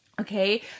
Okay